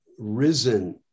Risen